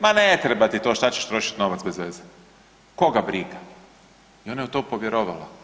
Ma ne treba ti to, što ćeš trošiti novac bez veze, koga briga i onda je u to povjerovala.